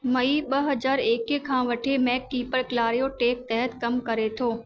May ॿ हज़ार एकवीह खां वठे मैककीपर क्लारियो टैक तहत कम करे थो